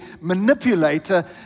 manipulator